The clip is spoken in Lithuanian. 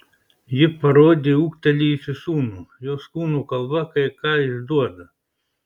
ji parodė ūgtelėjusį sūnų jos kūno kalba kai ką išduoda